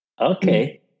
Okay